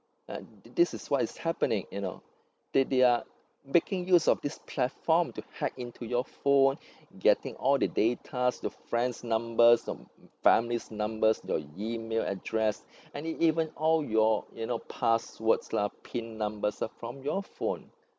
uh this is what is happening you know they they are making use of this platform to hack into your phone getting all the data your friend's numbers or families numbers your email address and e~ even all your you know passwords lah pin numbers lah from your phone